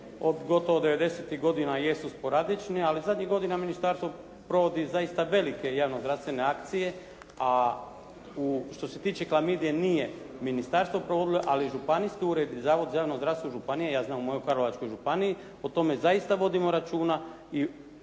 od gotovo 90-tih godina jesu sporadični ali zadnjih godina Ministarstvo provodi zaista velike javno-zdravstvene akcije a u što se tiče klamidije nije ministarstvo provodilo ali Županijski ured i Zavod za javno zdravstvo županije, ja znam u mojoj Karlovačkoj županiji o tome zaista vodimo računa